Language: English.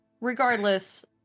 Regardless